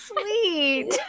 sweet